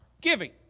Giving